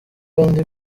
kandi